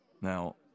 Now